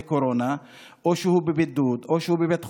קורונה או שהוא בבידוד או שהוא בבית חולים,